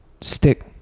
stick